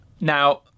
Now